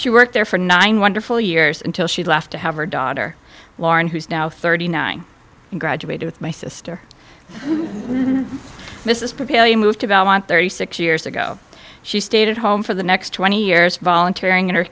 she worked there for nine wonderful years until she left to have her daughter lauren who's now thirty nine and graduated with my sister this is propel you moved about want thirty six years ago she stayed at home for the next twenty years volunteering in her